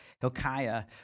Hilkiah